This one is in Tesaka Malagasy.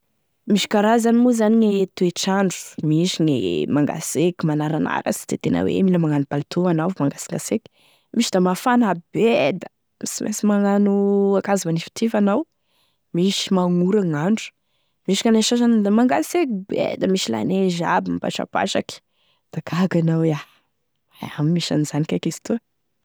Misy karazany moa zany gne toetr'andro, misy gne mangaseky, manaranara sy de tena hoe mila magnano palito anao mangasingaseky, misy da mafana be da sy mainsy magnano ankazo manifitify anao, misy magnoragny gn'andro, misy gnane sasany da misy la neige be da mipatrapatraky, da gaga an'iaho e a da misy an'i zany kaiky izy toa.